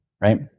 Right